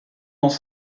dans